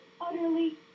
utterly